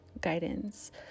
guidance